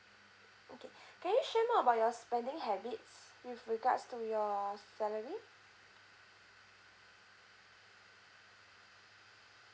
okay can you share more about your spending habits with regards to your salary